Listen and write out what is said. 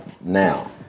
now